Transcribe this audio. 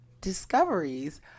Discoveries